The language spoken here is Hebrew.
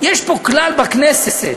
יש פה כלל, בכנסת,